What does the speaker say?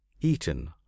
eaten